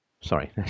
Sorry